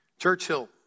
Churchill